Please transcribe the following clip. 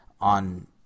on